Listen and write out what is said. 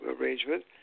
arrangement